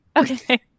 Okay